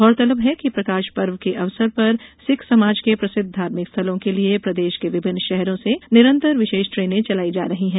गौरतलब है कि प्रकाश पर्व के अवसर पर सिख समाज के प्रसिद्व धार्मिक स्थलों के लिए प्रदेश के विभिन्न शहरों से निरंतर विशेष ट्रेनें चलाई जा रही है